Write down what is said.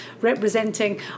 representing